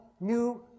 new